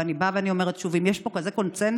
ואני באה ואומרת שוב: אם יש פה כזה קונסנזוס,